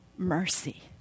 mercy